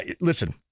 Listen